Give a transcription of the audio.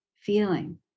feeling